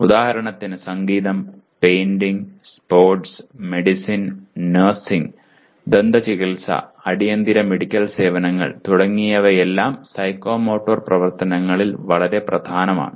ഉദാഹരണത്തിന് സംഗീതം painting sports medicine nursing ദന്തചികിത്സ അടിയന്തിര മെഡിക്കൽ സേവനങ്ങൾ തുടങ്ങിയവയെല്ലാം സൈക്കോമോട്ടോർ പ്രവർത്തനങ്ങളിൽ വളരെ പ്രധാനമാണ്